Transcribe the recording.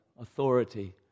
authority